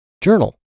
Journal